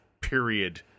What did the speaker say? period